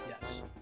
Yes